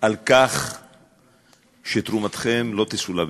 על כך שתרומתכם לא תסולא בפז.